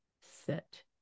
sit